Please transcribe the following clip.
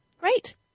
Great